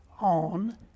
on